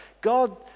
God